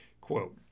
Quote